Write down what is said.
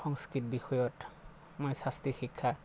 সংস্কৃত বিষয়ত মই শাস্ত্ৰী শিক্ষা